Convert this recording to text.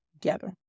together